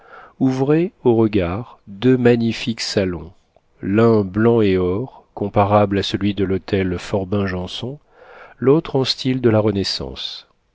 ouvraient au regard deux magnifiques salons l'un blanc et or comparable à celui de l'hôtel forbin janson l'autre en style de la renaissance